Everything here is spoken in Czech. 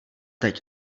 teď